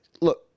look